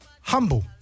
humble